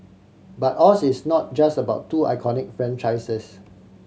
but Oz is not just about two iconic franchises